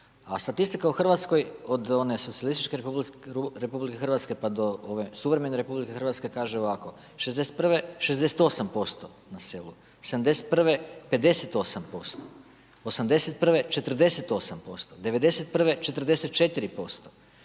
A statistike u Hrvatskoj od one socijalističke RH pa do ove suverene RH kaže ovako. '61. 68% na selu, '71. 58%, '81. 48%, '91. 44%,